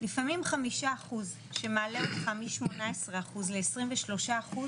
לפעמים 5 אחוז שמעלה אותך מ-18 אחוז ל-23 אחוז